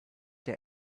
der